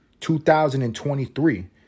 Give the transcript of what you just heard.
2023